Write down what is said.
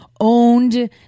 owned